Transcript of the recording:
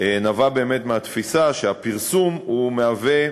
נבע באמת מהתפיסה שהפרסום מהווה,